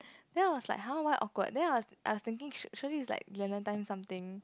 then I was like !huh! why awkward then I was I was thinking Shirley is like something